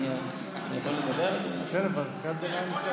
אבל אני חייב לשכנע את יושבת-ראש הקואליציה.